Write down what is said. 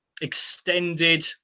extended